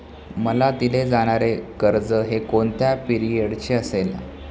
मला दिले जाणारे कर्ज हे कोणत्या पिरियडचे असेल?